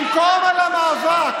במקום את המאבק